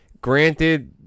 granted